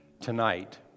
tonight